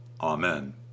Amen